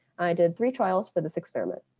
i did three trials for this experiment.